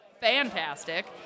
fantastic